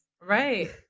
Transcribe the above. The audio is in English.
Right